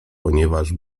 ponieważ